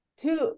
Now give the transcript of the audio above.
two